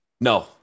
No